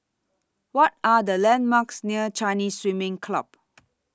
What Are The landmarks near Chinese Swimming Club